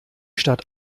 stadt